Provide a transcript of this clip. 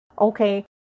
okay